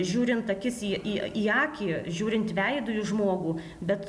žiūrint akis į į į akį žiūrint veidu į žmogų bet